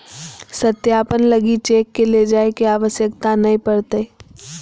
सत्यापन लगी चेक के ले जाय के आवश्यकता नय पड़तय